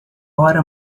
hora